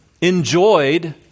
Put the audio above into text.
enjoyed